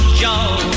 job